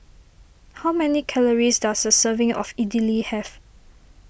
how many calories does a serving of Idili have